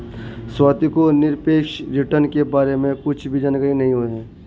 स्वाति को निरपेक्ष रिटर्न के बारे में कुछ भी जानकारी नहीं है